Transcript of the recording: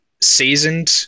seasoned